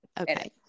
Okay